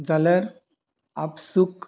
जाल्यार आपसूक